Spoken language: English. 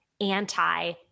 anti